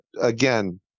again